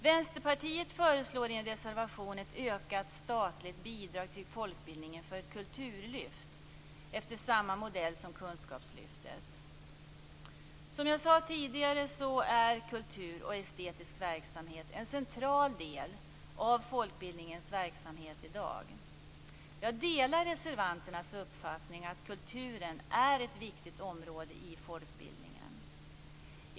Vänsterpartiet föreslår i en reservation ett ökat statligt bidrag till folkbildningen för ett "kulturlyft" efter samma modell som kunskapslyftet. Som jag sade tidigare är kultur och estetisk verksamhet en central del av folkbildningens verksamhet i dag. Jag delar reservanternas uppfattning att kulturen är ett viktigt område i folkbildningen.